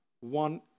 one